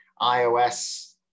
iOS